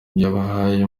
yabahaye